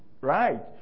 right